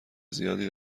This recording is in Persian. زیادی